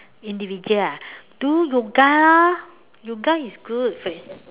individual ah do yoga lah yoga is good